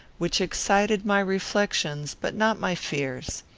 which excited my reflections, but not my fears.